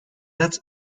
add